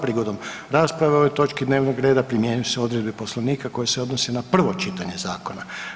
Prigodom rasprave o ovoj točki dnevnog reda primjenjuju se odredbe Poslovnika koje se odnose na prvo čitanje zakona.